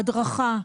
ההדרכה,